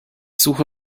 suche